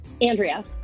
Andrea